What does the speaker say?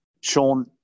Sean